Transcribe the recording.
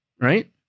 right